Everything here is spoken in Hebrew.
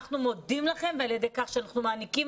אנחנו מודים לכם על ידי כך שאנחנו מעניקים